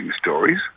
stories